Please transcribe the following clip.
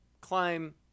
climb